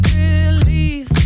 relief